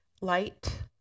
Light